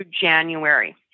January